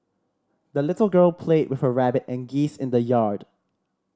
the little girl played with her rabbit and geese in the yard